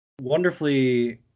wonderfully